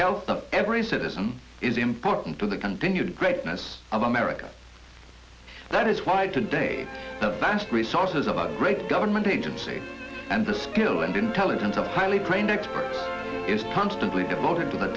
health of every citizen is important to the continued greatness of america that is why today the vast resources of our great government agency and the skill and intelligence of highly trained act is punched and we devoted to the